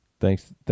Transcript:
Thanks